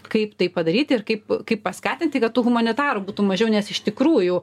kaip tai padaryti ir kaip kaip paskatinti kad tų humanitarų būtų mažiau nes iš tikrųjų